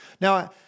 Now